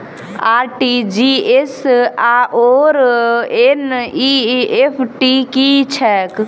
RTGS आओर NEFT की छैक?